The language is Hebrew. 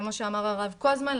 כמו שאמר הרב קוזמן,